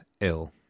ill